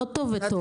לא טוב וטוב.